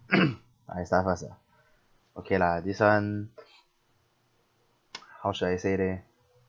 I start first ah okay lah this [one] how should I say leh